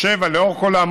רשות שדות התעופה,